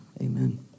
Amen